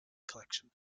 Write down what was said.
collection